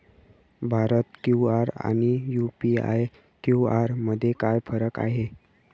Bharat QR आणि UPI QR मध्ये काय फरक आहे?